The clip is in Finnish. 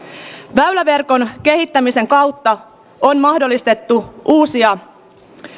väyläverkon kehittämisen kautta on mahdollistettu uusia